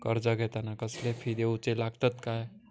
कर्ज घेताना कसले फी दिऊचे लागतत काय?